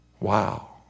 Wow